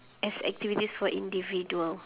as activities for individual